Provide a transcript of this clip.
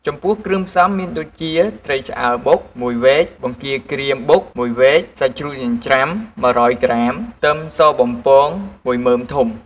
ចំពោះគ្រឿងផ្សំំមានដូចជា ត្រីឆ្អើរបុក ១វែក បង្គាក្រៀមបុក ១វែក សាច់ជ្រូកចិញ្ច្រាំ ១០០ក្រាម ខ្ទឹមសបំពង ១មើមធំ។